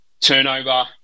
turnover